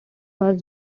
was